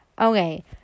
okay